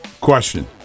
Question